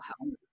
health